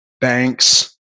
banks